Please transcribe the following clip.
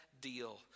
deal